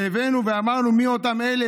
והבאנו ואמרנו: מי אותם אלה,